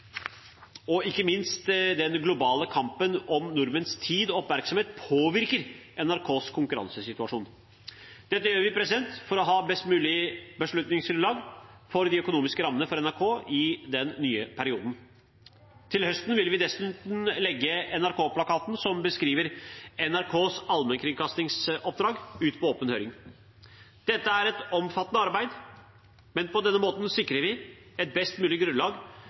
og ikke minst den globale kampen om nordmenns tid og oppmerksomhet påvirker NRKs konkurransesituasjon. Dette gjør vi for å ha best mulig beslutningsgrunnlag for de økonomiske rammene for NRK i den nye perioden. Til høsten vil vi dessuten legge NRK-plakaten, som beskriver NRKs allmennkringkastingsoppdrag, ut på åpen høring. Dette er et omfattende arbeid, men på denne måten sikrer vi et best mulig grunnlag